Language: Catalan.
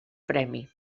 premi